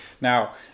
Now